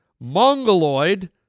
Mongoloid